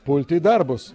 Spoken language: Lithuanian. pulti į darbus